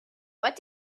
what